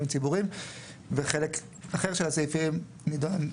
ציבוריים וחלק אחר של הסעיפים ידונו,